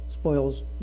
spoils